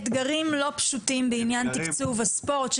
אתגרים לא פשוטים בעניין תקצוב הספורט,